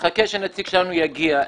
תחכה שנציג שלנו יגיע.